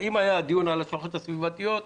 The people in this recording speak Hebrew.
אם היה דיון על ההשלכות הסביבתיות,